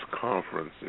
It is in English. conference